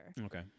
Okay